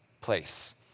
place